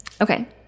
Okay